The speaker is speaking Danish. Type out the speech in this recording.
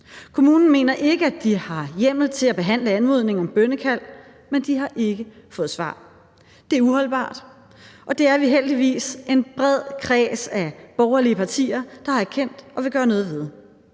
Kommunen mener ikke, at de har hjemmel til at behandle anmodningen om bønnekald, men de har ikke fået svar. Det er uholdbart, og det er vi heldigvis en bred kreds af borgerlige partier der har erkendt og vil vi gøre noget ved.